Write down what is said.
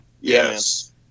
Yes